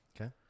Okay